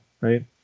right